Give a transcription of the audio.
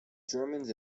germans